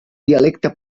dialecte